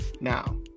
Now